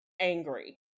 Angry